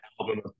album